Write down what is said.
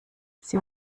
sie